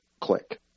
click